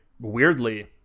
Weirdly